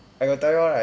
I got tell you all right